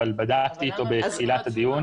אבל בדקתי איתו בתחילת הדיון.